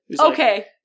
Okay